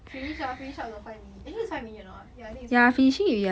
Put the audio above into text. finish up finish up the five minute eh actually it's five minute or not ya I think it's five minute